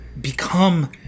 become